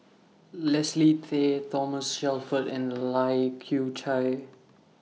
Leslie Tay Thomas Shelford and Lai Kew Chai